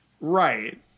Right